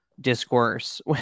discourse